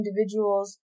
individuals